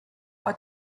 are